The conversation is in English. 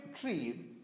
tree